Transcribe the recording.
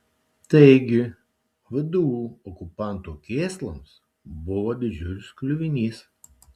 taigi vdu okupanto kėslams buvo didžiulis kliuvinys